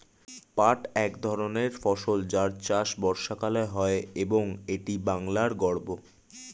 পাট এক ধরনের ফসল যার চাষ বর্ষাকালে হয় এবং এটি বাংলার গর্ব